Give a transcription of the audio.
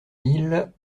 mille